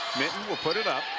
minten will put it up.